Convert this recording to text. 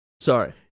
Sorry